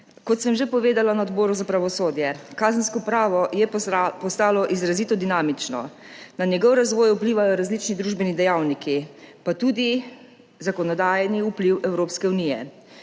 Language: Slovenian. Kot sem že povedala na Odboru za pravosodje, kazensko pravo je postalo izrazito dinamično. Na njegov razvoj vplivajo različni družbeni dejavniki, pa tudi zakonodajni vpliv Evropske unije.